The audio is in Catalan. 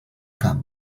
camp